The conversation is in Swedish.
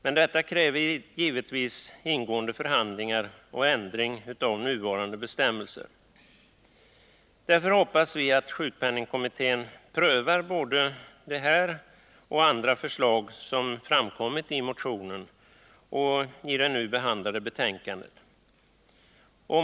Men detta kräver givetvis ingående förhandlingar och en ändring av nuvarande bestämmelser. Därför hoppas vi att sjukpenningkommittén prövar både detta och andra förslag som har framkommit i motioner och i det nu behandlade betänkandet.